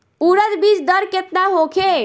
उरद बीज दर केतना होखे?